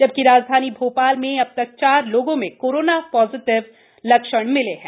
जबकि राजधानी भो ाल में अब तक चार लोगों में कोरोना ॉजिटिव ाया गया है